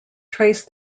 trace